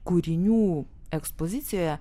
kūrinių ekspozicijoje